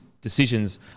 decisions